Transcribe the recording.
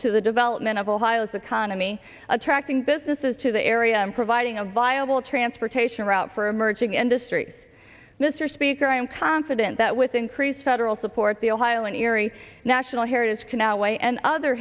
to the development of ohio's economy attracting businesses to the area and providing a viable transportation route for emerging industries mr speaker i am confident that with increased federal support the ohio in erie national heritage can our way and other